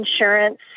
Insurance